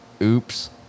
oops